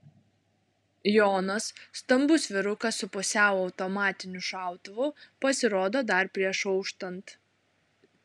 jonas stambus vyrukas su pusiau automatiniu šautuvu pasirodo dar prieš auštant